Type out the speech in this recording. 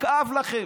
ויכאב לכם,